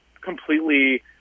completely